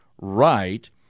right